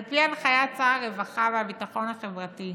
על פי הנחיית שר הרווחה והביטחון החברתי,